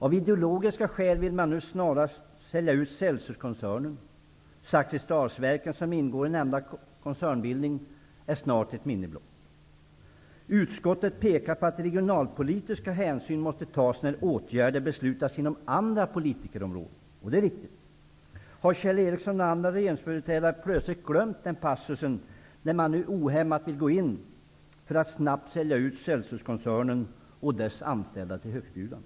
Av ideologiska skäl vill man snarast sälja ut Celsiuskoncernen. Zackrisdalsverken, som ingår i nämnda koncernbildning, är snart ett minne blott. Utskottet pekar på att regionalpolitiska hänsyn måste tas när åtgärder beslutas inom andra politikområden. Det är riktigt. Har Kjell Ericsson och andra regeringsföreträdare plötsligt glömt denna passus, när man nu ohämmat vill gå in för att snabbt sälja ut Celsiuskoncernen och dess anställda till högstbjudande?